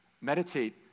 Meditate